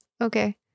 okay